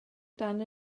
dan